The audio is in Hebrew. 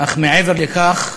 אך מעבר לכך,